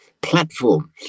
platform